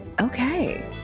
okay